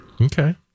Okay